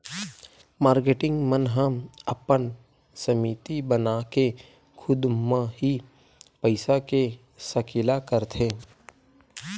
marketing मन ह अपन समिति बनाके खुद म ही पइसा के सकेला करथे